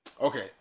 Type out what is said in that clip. Okay